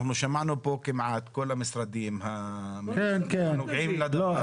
שמענו כאן כמעט את כל המשרדים הנוגעים בדבר.